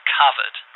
covered